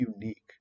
unique